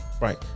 Right